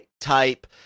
type